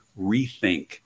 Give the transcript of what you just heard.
rethink